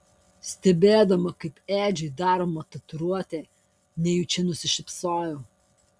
stebėdama kaip edžiui daroma tatuiruotė nejučia nusišypsojau